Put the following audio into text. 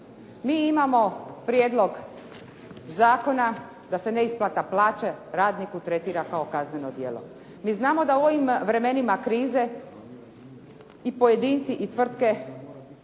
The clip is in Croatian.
Mi imamo prijedlog zakona da se neisplata plaće radniku tretira kao kazneno djelo. Mi znamo da u ovim vremenima krize i pojedinci i tvrtke